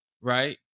right